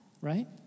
right